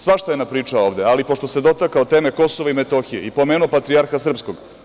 Svašta je napričao ovde, ali pošto se dotakao teme KiM i pomenuo patrijarha srpskog.